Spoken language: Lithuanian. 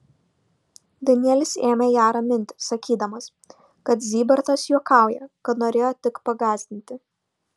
danielis ėmė ją raminti sakydamas kad zybartas juokauja kad norėjo tik pagąsdinti